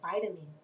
vitamins